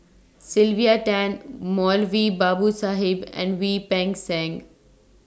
Sylvia Tan Moulavi Babu Sahib and Wein Peng Seng